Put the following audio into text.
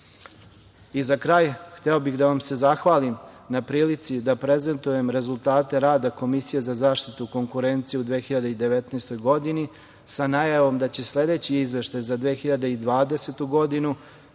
kraj, hteo bih da vam se zahvalim na prilici da prezentujem rezultate rada Komisije za zaštitu konkurencije u 2019. godini, sa najavom da će sledeći izveštaj za 2020. godinu,